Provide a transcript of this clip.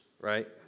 right